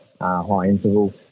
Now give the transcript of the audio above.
high-interval